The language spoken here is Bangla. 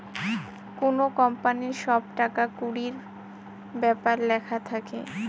কোনো কোম্পানির সব টাকা কুড়ির ব্যাপার লেখা থাকে